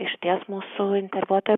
išties mūsų interpetai